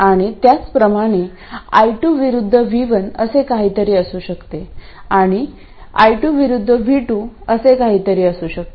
आणि त्याचप्रमाणे I2 विरुद्ध V1 असे काहीतरी असू शकते आणि I2 विरूद्ध V2 असे काहीतरी असू शकते